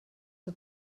que